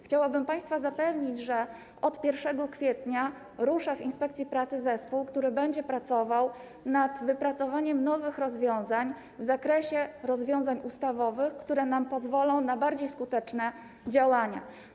Chciałabym państwa zapewnić, że od 1 kwietnia rusza w inspekcji pracy zespół, który będzie pracował nad przygotowaniem nowych rozwiązań w zakresie rozwiązań ustawowych, które nam pozwolą na bardziej skuteczne działania.